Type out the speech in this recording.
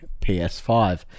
PS5